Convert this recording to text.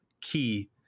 key